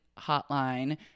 hotline